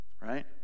right